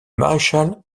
maréchal